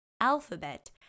Alphabet